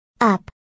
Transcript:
Up